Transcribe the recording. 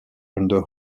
under